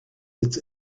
its